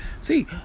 See